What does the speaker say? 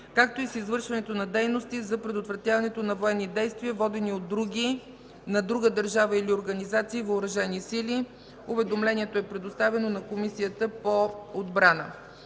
както и с извършването на дейности за предотвратяването на военни действия, водени от други, на друга държава или организация въоръжени сили. Уведомлението е предоставено на Комисията по отбрана.